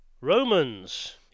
romans